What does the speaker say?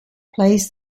plays